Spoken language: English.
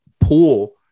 pool